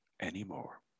anymore